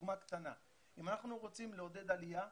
דוגמה קטנה, אם אנחנו רוצים לעודד עלייה,